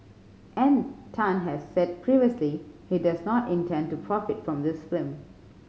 and Tan has said previously he does not intend to profit from this film